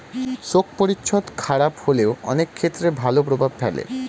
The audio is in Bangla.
শোক পরিচ্ছদ খারাপ হলেও অনেক ক্ষেত্রে ভালো প্রভাব ফেলে